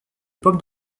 pommes